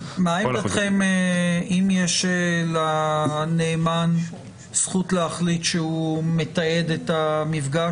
אם יש לנאמן זכות להחליט שהוא מתעד את המפגש,